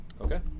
Okay